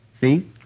See